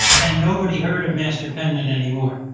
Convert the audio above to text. and nobody heard of master penman anymore.